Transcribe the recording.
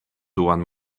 duan